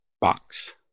box